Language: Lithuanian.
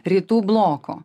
rytų bloko